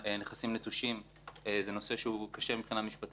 נכסים נטושים זה נושא קשה מבחינה חוקתית.